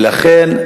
ולכן,